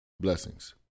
Blessings